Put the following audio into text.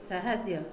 ସାହାଯ୍ୟ